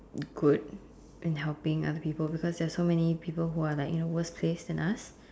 good and helping other people because they're so many people who're like in a worse case than us